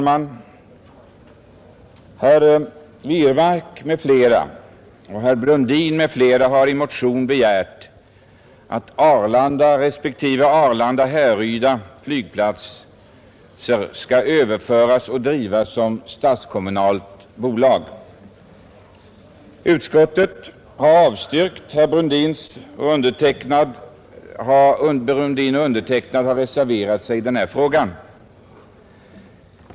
motioner begärt att Arlanda respektive Härryda flygplatser skall överföras till och drivas av statligt-kommunala bolag. Utskottet har avstyrkt detta förslag. Herr Brundin och jag har reserverat oss i denna fråga.